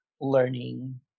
learning